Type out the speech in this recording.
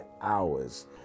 hours